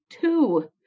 two